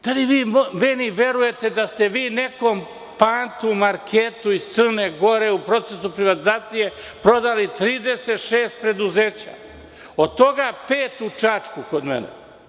Da li mi verujete da ste vi nekom „Pantomarketu“, iz Crne Gore, u procesu privatizacije prodali 36 preduzeća, od toga pet u Čačku, kod mene?